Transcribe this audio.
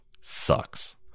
sucks